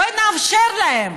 בואו נאפשר להם,